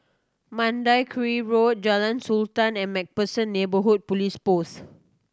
Mandai Quarry Road Jalan Sultan and Macpherson Neighbourhood Police Post